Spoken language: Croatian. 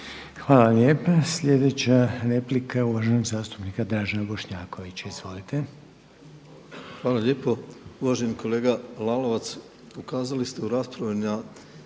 Hvala lijepa. Sljedeća replika je uvaženog zastupnika Dražena Bošnjakovića. Izvolite. **Bošnjaković, Dražen (HDZ)** Hvala lijepo. Uvaženi kolega Lalovac, ukazali ste u raspravi